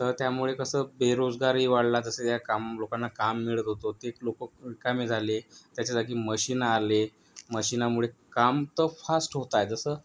तर त्यामुळे कसं बेरोजगारी वाढला जसं ज्या काम लोकांना काम मिळत होतं ते लोक निकामी झाले त्याच्याजागी मशीन आले मशीनामुळे काम तर फास्ट होत आहे जसं